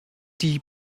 die